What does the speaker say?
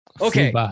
Okay